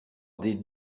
des